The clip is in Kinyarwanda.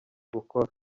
gukora